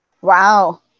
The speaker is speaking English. Wow